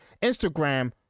Instagram